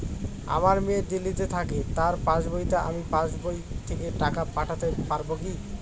আমার মেয়ে দিল্লীতে থাকে তার পাসবইতে আমি পাসবই থেকে টাকা পাঠাতে পারব কি?